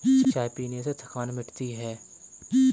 चाय पीने से थकान मिटती है